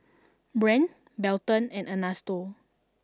Brandt Belton and Ernesto